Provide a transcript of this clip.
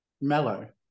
mellow